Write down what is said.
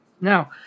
Now